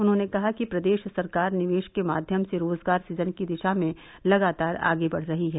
उन्होंने कहा कि प्रदेश सरकार निवेश के माध्यम से रोजगार सुजन की दिशा में लगातार आगे बढ़ रही है